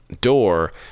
door